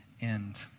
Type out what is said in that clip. end